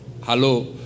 Hello